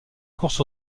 course